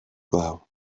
glaw